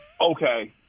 Okay